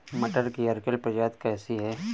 मटर की अर्किल प्रजाति कैसी है?